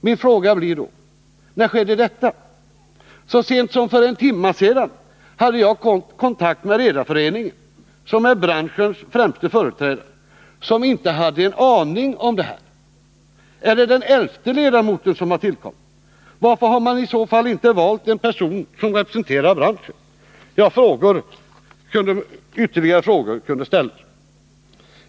Min fråga blir då: När skedde detta? Så sent som för en timme sedan hade jag kontakt med Redareföreningen, som är branschens främste företrädare. Där hade man inte en aning om detta. Är det den elfte ledamoten som har tillkommit? Varför har man i så fall inte valt en person som representerar branschen? Ytterligare frågor kunde ställas.